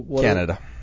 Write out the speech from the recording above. Canada